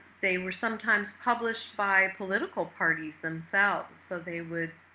they were sometimes published by political parties themselves. so they would